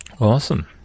Awesome